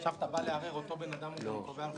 עכשיו אתה בא לערער ואותו בן אדם גם קובע לך את ההסעה?